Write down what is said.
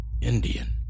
Indian